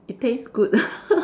it tastes good